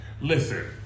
Listen